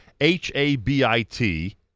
h-a-b-i-t